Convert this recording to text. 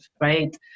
right